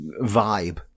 vibe